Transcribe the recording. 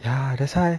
ya that's why